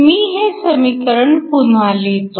मी हे समीकरण पुन्हा लिहितो